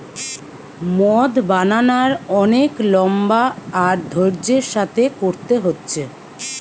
মদ বানানার অনেক লম্বা আর ধৈর্য্যের সাথে কোরতে হচ্ছে